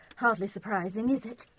hardly surprising, is it?